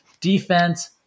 defense